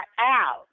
out